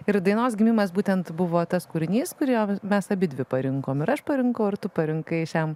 ir dainos gimimas būtent buvo tas kūrinys kurio mes abidvi parinkome ir aš parinkau ir tu parinkai šiam